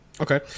Okay